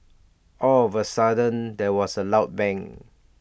all of A sudden there was A loud bang